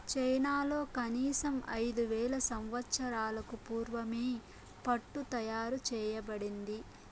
చైనాలో కనీసం ఐదు వేల సంవత్సరాలకు పూర్వమే పట్టు తయారు చేయబడింది